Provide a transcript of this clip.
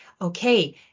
okay